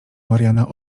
mariana